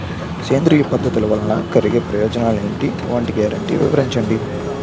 సేంద్రీయ పద్ధతుల వలన కలిగే ప్రయోజనాలు ఎంటి? వాటి గ్యారంటీ వివరించండి?